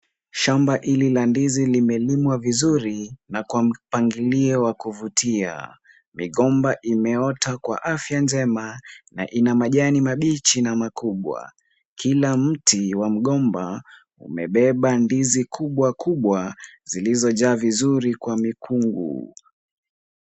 Shamba hili la ndizi limelimwa vizuri na kwa mpangilio wa kuvutia. Migomba imeota kwa afya njema na ina majani mabichi na makubwa. Kila mti wa mgomba umebeba ndizi kubwa kubwa, zilizojaa vizuri kwa mikungu.